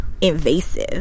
invasive